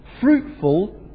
fruitful